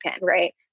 right